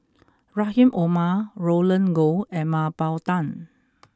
Rahim Omar Roland Goh and Mah Bow Tan